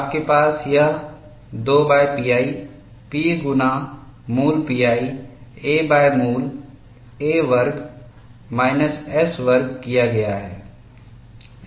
आपके पास यह 2pi P गुना मूल pi aमूल a वर्ग माइनस S वर्ग किया गया है